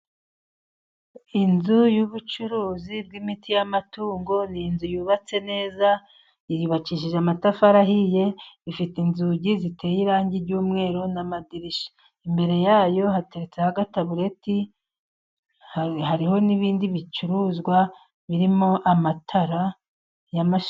Inzu y'ubucuruzi bw'imiti y'amatungo ni inzu yubatse neza, y'ubakishije amatafari ahiye, ifite inzugi ziteye irangi ry'umweru n'amadirishya. Imbere ya yo hatetseho agatabureti, hariho n'ibindi bicuruzwa, birimo amatara y'amashanyarazi.